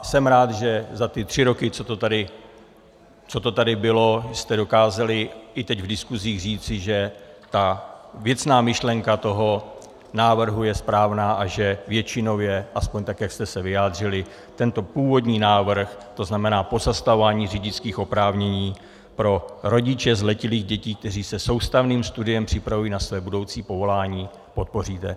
Jsem rád, že za ty tři roky, co to tady bylo, jste dokázali i teď v diskusích říci, že věcná myšlenka toho návrhu je správná a že většinově, aspoň tak jak jste se vyjádřili, tento původní návrh, to znamená pozastavování řidičských oprávnění pro rodiče zletilých dětí, kteří se soustavným studiem připravují na své budoucí povolání, podpoříte.